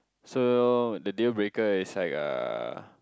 so the deal breaker is like uh